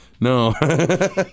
No